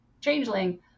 Changeling